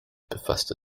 befasste